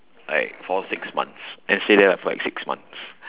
like for six months then stay there for like six months